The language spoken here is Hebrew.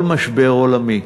כל משבר עולמי,